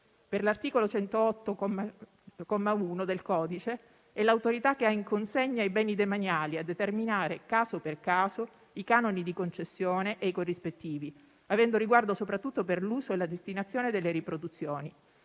Per l'articolo 108, comma 1, del codice, è l'autorità che ha in consegna i beni demaniali a determinare - caso per caso - i canoni di concessione e i corrispettivi, avendo riguardo soprattutto per l'uso e la destinazione delle riproduzioni.